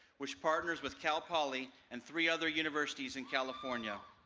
which partners with cal poly and three other universities in california.